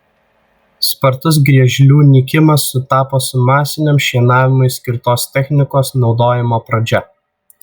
spartus griežlių nykimas sutapo su masiniam šienavimui skirtos technikos naudojimo pradžia